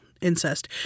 incest